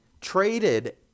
traded